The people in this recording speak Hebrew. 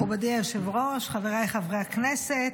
מכובדי היושב-ראש, חבריי חברי הכנסת,